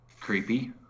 Creepy